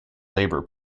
labour